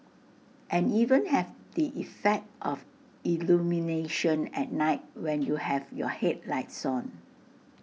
and even have the effect of illumination at night when you have your headlights on